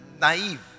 naive